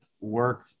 work